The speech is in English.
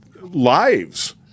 lives